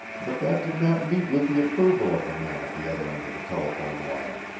but that did not meet with the approval of the man at the other end of the telephone wire.